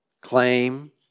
Claim